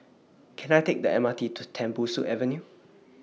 Can I Take The M R T to Tembusu Avenue